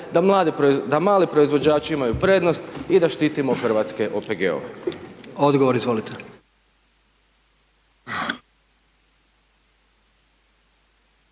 da mali proizvođači imaju prednost i da štitimo hrvatske OPG-ove. **Jandroković,